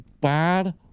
bad